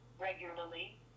regularly